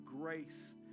grace